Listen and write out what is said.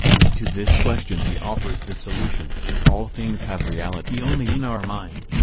and to this question he offers the solution all things have reality only in our mind.